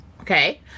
Okay